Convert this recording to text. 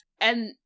And-